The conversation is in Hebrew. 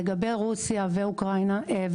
לגבי רוסיה ובלרוסיה,